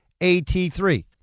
at3